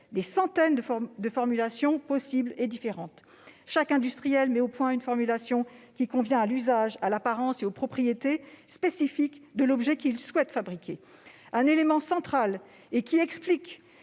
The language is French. des centaines de formulations possibles et différentes. Chaque industriel met au point une formulation qui convient à l'usage, à l'apparence et aux propriétés spécifiques de l'objet qu'il souhaite fabriquer. L'élément central et qui explique